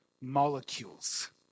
molecules